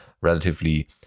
relatively